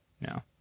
no